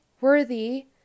worthy